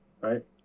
Right